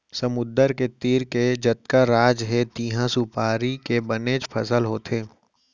समुद्दर के तीर के जतका राज हे तिहॉं सुपारी के बनेच फसल होथे